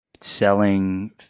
selling